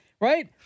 right